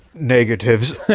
negatives